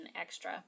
Extra